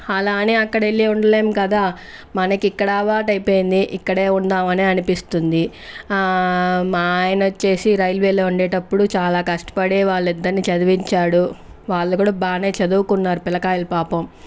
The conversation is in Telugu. అలా అని అక్కడకెళ్ళి ఉండలేం కదా మనకి ఇక్కడ అలవాటైపోయింది ఇక్కడే ఉందాం అనిపిస్తుంది మా ఆయన వచ్చేసి రైల్వేలో ఉండేటప్పుడు చాలా కష్టపడేవాళ్లు ఇద్దర్ని చదివించాడు వాళ్లు కూడా బాగానే చదువుకున్నారు పిలకాయలు పాపం